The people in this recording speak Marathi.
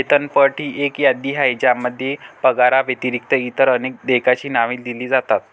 वेतनपट ही एक यादी आहे ज्यामध्ये पगाराव्यतिरिक्त इतर अनेक देयकांची नावे दिली जातात